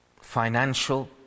financial